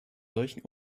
solchen